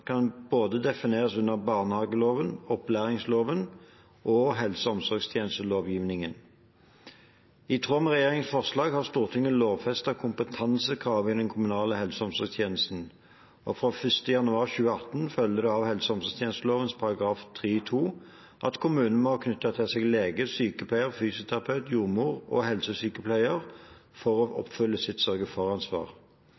kan defineres inn under både barnehageloven, opplæringsloven og helse- og omsorgstjenestelovgivningen. I tråd med regjeringens forslag har Stortinget lovfestet kompetansekrav i den kommunale helse- og omsorgstjenesten. Fra 1. januar 2018 følger det av helse- og omsorgstjenesteloven § 3-2 at kommunene må ha knyttet til seg lege, sykepleier, fysioterapeut, jordmor og helsesykepleier for å